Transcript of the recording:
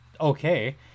okay